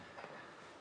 דוגמאות.